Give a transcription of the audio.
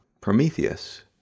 Prometheus